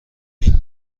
این